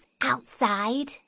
outside